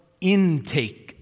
intake